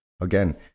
again